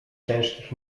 ciężkich